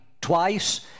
twice